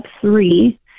three